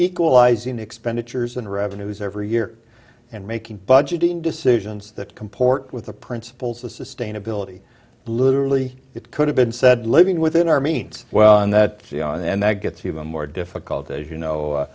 equalizing expenditures and revenues every year and making budgeting decisions that comport with the principles of sustainability literally it could have been said living within our means well and that you know and that gets even more difficult as you know